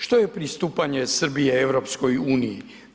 Što je pristupanje Srbije EU-i?